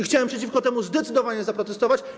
Chciałbym przeciwko temu zdecydowanie zaprotestować.